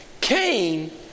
Cain